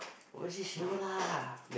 obviously she know lah